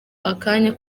akanya